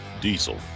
Diesel